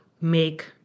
make